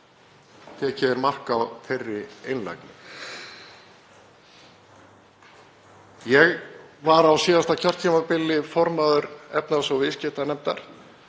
tekið er mark á þeirri einlægni. Ég var á síðasta kjörtímabili formaður efnahags- og viðskiptanefndar.